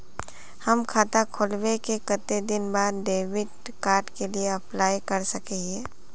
हम खाता खोलबे के कते दिन बाद डेबिड कार्ड के लिए अप्लाई कर सके हिये?